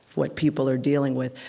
what people are dealing with.